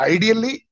Ideally